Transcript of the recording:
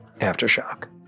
aftershock